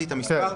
כן.